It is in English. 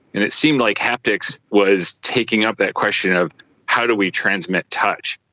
and it seemed like haptics was taking up that question of how do we transmit touch,